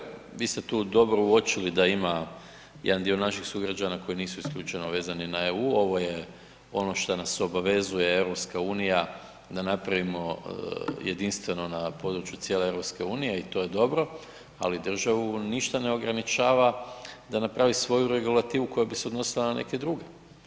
Gospodine Žagar, vi ste tu dobro uočili da ima jedan dio naših sugrađana koji nisu isključivo vezani na EU, ovo je ono što nas obvezuje EU da napravimo jedinstveno na području cijele EU i to je dobro, ali državu ništa ne ograničava da napravi svoju regulativu koja bi se odnosila na neke druge.